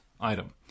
item